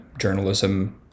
journalism